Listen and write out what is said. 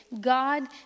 God